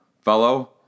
fellow